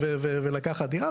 ולקחת דירה.